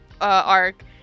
arc